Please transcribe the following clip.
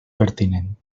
pertinent